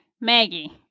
Maggie